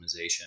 optimization